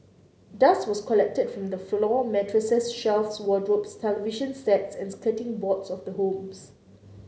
dust was collected from the floor mattresses shelves wardrobes television sets and skirting boards of the homes